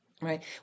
Right